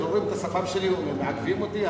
רואים את השפם שלי ומעכבים אותי.